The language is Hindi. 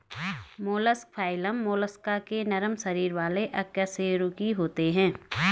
मोलस्क फाइलम मोलस्का के नरम शरीर वाले अकशेरुकी होते हैं